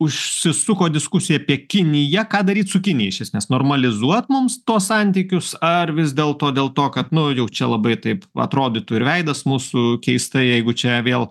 užsisuko diskusija apie kiniją ką daryt su kinija iš esmės normalizuot mums tuos santykius ar vis dėlto dėl to kad nu jau čia labai taip atrodytų ir veidas mūsų keistai jeigu čia vėl